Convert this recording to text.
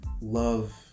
love